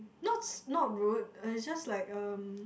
not not rude it's just like um